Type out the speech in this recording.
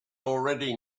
already